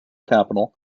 capital